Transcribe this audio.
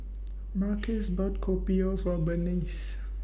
Marques bought Kopi O For Berniece